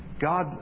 God